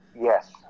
Yes